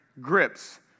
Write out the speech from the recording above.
grips